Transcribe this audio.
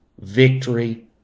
victory